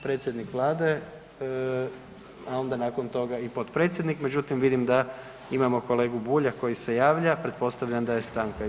Predsjednik Vlade, a onda nakon toga i potpredsjednik, međutim, vidim da imamo kolegu Bulja koji se javlja, pretpostavljam da je stanka.